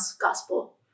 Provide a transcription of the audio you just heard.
gospel